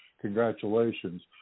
Congratulations